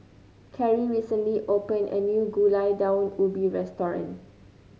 Carri recently opened a new Gulai Daun Ubi restaurant